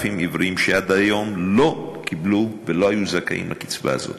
עיוורים שעד היום לא קיבלו ולא היו זכאים לקצבה הזאת,